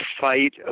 fight